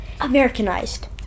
Americanized